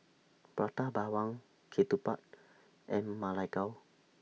Prata Bawang Ketupat and Ma Lai Gao